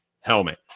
helmet